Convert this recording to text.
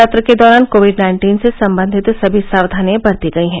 सत्र के दौरान कोविड नाइन्टीन से संबंधित सभी साक्यानियां बरती गई हैं